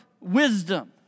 wisdom